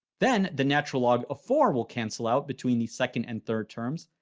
then the natural log of four will cancel out between the second and third terms,